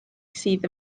sydd